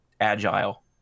agile